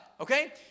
okay